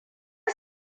ke